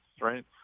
right